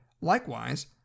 Likewise